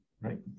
right